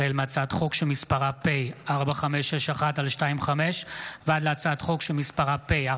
החל בהצעת חוק פ/4561/25 וכלה בהצעת חוק פ/4588/25: